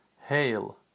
Hail